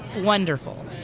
wonderful